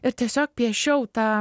ir tiesiog piešiau tą